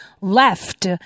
left